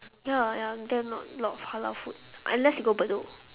ya ya there not a lot of halal food unless you go bedok